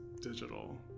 digital